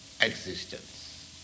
existence